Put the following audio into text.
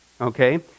Okay